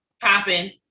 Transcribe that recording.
Popping